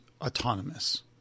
autonomous